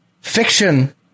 fiction